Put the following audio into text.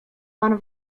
pan